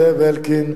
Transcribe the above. זאב אלקין,